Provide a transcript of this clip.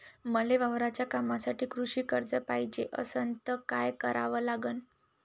मले वावराच्या कामासाठी कृषी कर्ज पायजे असनं त काय कराव लागन?